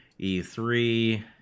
E3